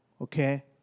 okay